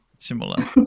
Similar